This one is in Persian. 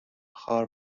خوار